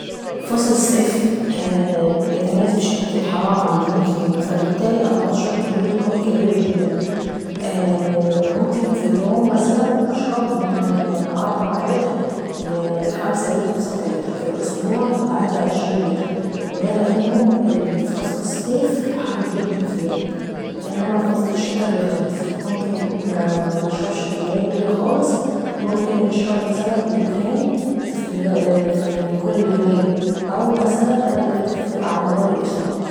فصل الصيف بيتميز بشدة الحرارة عيندينا في قنا، فالبتالي أنا باشرب كمية مية كابيرة جدا. ممكن في اليوم مثلا نشرب من أربعة لتر لخمسة لتر وستة لتر وفي الأسبوع ممكن تتعدى عشرين لتر. ودا لانه فصل الصيف حر جدا في قنا. انما في فصل الشتي بيختلف ممكن مانشربش الكمية ديا خالص ، وممكن نشب مثلا لترين في في كل يومين أو مثلا تلاتة لتر على مدار الاسبوع.